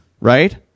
right